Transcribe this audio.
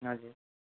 हजुर